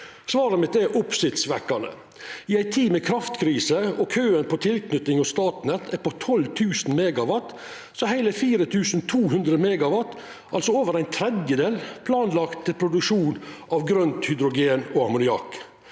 Svaret er oppsiktsvekkjande. I ei tid med kraftkrise og der køen på tilknyting til Statnett er på 12 000 MW, er heile 4 200 MW – altså over ein tredjedel – planlagt til produksjon av grønt hydrogen og ammoniakk.